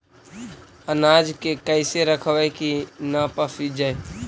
अनाज के कैसे रखबै कि न पसिजै?